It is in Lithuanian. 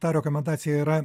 ta rekomendacija yra